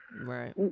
Right